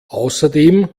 außerdem